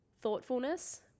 thoughtfulness